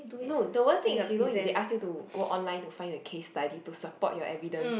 no the worst thing is you know they ask you to go online to find the case study to support your evidence